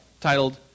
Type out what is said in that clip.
titled